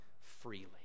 freely